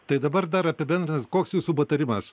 tai dabar dar apibendrinant koks jūsų patarimas